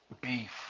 beef